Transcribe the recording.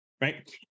right